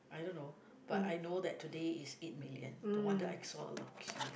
I don't know but I know that today is eight million no wonder I saw a long queue